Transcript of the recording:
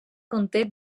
conté